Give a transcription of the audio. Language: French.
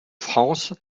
france